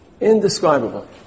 Indescribable